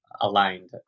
aligned